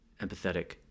empathetic